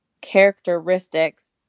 characteristics